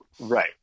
Right